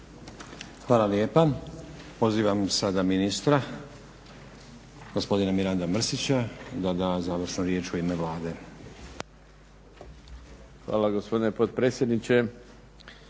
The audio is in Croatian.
Hvala lijepa. Pozivam sada ministra, gospodina Miranda Mrsića da da završnu riječ u ime Vlade. **Mrsić, Mirando